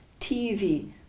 TV